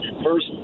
First